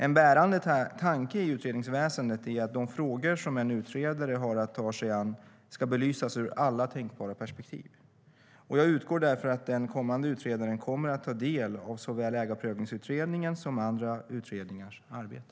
En bärande tanke i utredningsväsendet är att de frågor som en utredare har att ta sig an ska belysas ur alla tänkbara perspektiv. Jag utgår därför från att den kommande utredaren kommer att ta del av såväl Ägarprövningsutredningens som andra utredningars arbete.